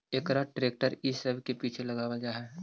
एकरा ट्रेक्टर इ सब के पीछे लगावल जा हई